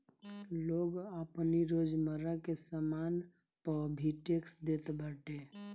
लोग आपनी रोजमर्रा के सामान पअ भी टेक्स देत बाटे